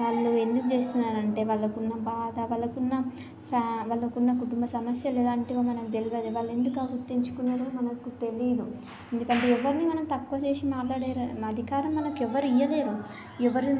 వాళ్లు ఎందుకు చేస్తున్నారంటే వాళ్ళకున్న బాధ వాళ్లకున్న ఫ్యా వాళ్లకున్న కుటుంబ సమస్యలు లాంటివి మనకు తెలవదు వాళ్లు ఎందుకు ఆ వృత్తిని ఎంచుకున్నారో మనకు తెలియదు ఎందుకంటే ఎవరిని తక్కువ చేసి మాట్లాడే అధికారం ఎవరు ఇవ్వలేరు ఎవరి